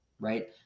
right